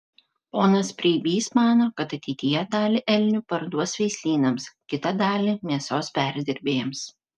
ponas preibys mano kad ateityje dalį elnių parduos veislynams kitą dalį mėsos perdirbėjams